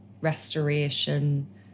restoration